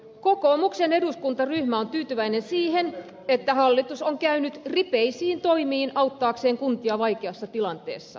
kokoomuksen eduskuntaryhmä on tyytyväinen siihen että hallitus on käynyt ripeisiin toimiin auttaakseen kuntia vaikeassa tilanteessa